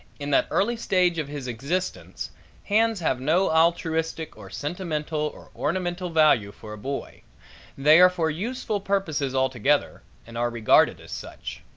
in that early stage of his existence hands have no altruistic or sentimental or ornamental value for a boy they are for useful purposes altogether and are regarded as such.